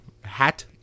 hat